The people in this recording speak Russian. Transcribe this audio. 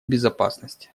безопасности